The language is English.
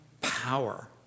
power